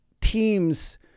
teams